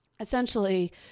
essentially